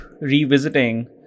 revisiting